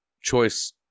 Choice